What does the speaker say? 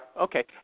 Okay